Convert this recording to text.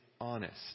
honest